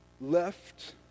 left